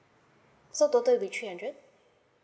so total will be three hundred